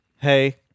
Hey